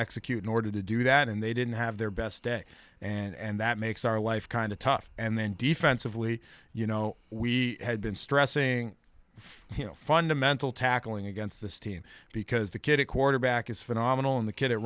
execute in order to do that and they didn't have their best day and that makes our life kind of tough and then defensively you know we had been stressing you know fundamental tackling against this team because the kid at quarterback is phenomenal and the kid at